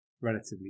relatively